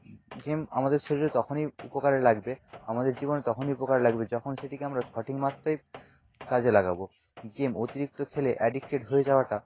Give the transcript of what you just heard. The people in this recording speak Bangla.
গেম আমাদের শরীরে তখনই উপকারে লাগবে আমাদের জীবনে তখনই উপকারে লাগবে যখন সেটিকে আমরা সঠিক মাত্রায় কাজে লাগাব গেম অতিরিক্ত খেলে অ্যাডিক্টেড হয়ে যাওয়াটা